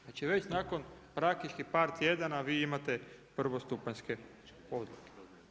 Znači već nakon praktički par tjedana vi imate prvostupanjske odluke.